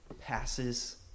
passes